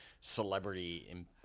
celebrity